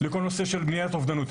לכל נושא של מניעת אובדנות.